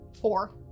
Four